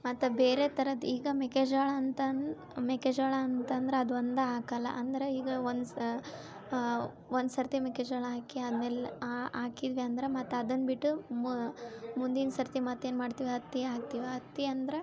ಮತ್ತೆ ಬೇರೆ ಥರದ್ ಈಗ ಮೆಕ್ಕೆಜೋಳ ಅಂತದ್ದು ಮೆಕ್ಕೆಜೋಳ ಅಂತಂದರೆ ಅದು ಒಂದಾ ಹಾಕಲ್ಲ ಅಂದ್ರ ಈಗ ಒಂದು ಒಂದು ಸರ್ತಿ ಮೆಕ್ಕೆಜೋಳ ಹಾಕಿ ಆದ್ಮೇಲೆ ಹಾಕಿದ್ವಿ ಅಂದ್ರ ಮತ್ತೆ ಅದನ್ನ ಬಿಟ್ಟು ಮುಂದಿನ ಸರ್ತಿ ಮತ್ತೇನು ಮಾಡ್ತೀವಿ ಹತ್ತಿ ಹಾಕ್ತೀವಿ ಹತ್ತಿ ಅಂದ್ರ